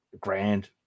grand